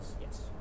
yes